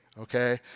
okay